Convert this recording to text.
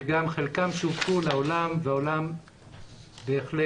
חלקם שווקו לעולם והיום בעולם